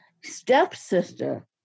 stepsister